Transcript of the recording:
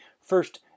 first